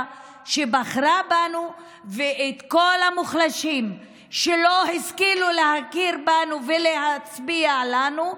שבחרה בנו ושל כל המוחלשים שלא השכילו להכיר בנו ולהצביע לנו,